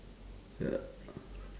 ya